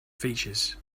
features